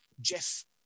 Jeff